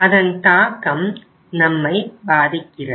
அதன் தாக்கம் நம்மை பாதிக்கிறது